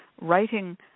writing